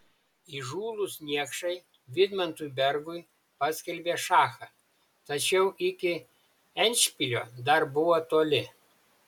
įžūlūs niekšai vidmantui bergui paskelbė šachą tačiau iki endšpilio dar buvo toli